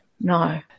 No